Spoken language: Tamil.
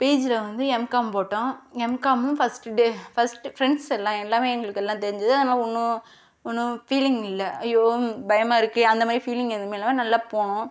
பீஜி வந்து எம்காம் போட்டோம் எம்காமும் ஃபர்ஸ்ட் டே ஃபர்ஸ்ட் ஃப்ரெண்ட்ஸ் எல்லாம் எல்லாருமே எங்களுக்கு எல்லாம் தெரிஞ்சு அதில் ஒன்றும் ஒன்றும் ஃபீலிங் இல்லை ஐயோ பயமாக இருக்கு அந்த மாதிரி ஃபீலிங் எதுவும் இல்லை நல்லா போனோம்